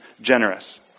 generous